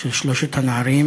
של שלושת הנערים.